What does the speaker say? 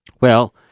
Well-